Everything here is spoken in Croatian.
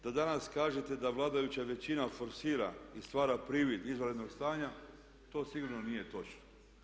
Da danas kažete da vladajuća većina forsira i stvara privid izvanrednog stanja to sigurno nije točno.